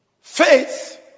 Faith